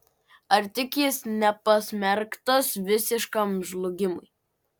ar tik jis nepasmerktas visiškam žlugimui